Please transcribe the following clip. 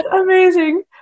amazing